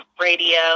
radio